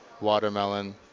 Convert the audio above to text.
watermelon